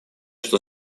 что